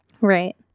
Right